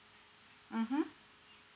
mmhmm